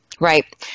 Right